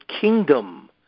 kingdom